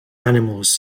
animals